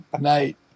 night